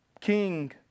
king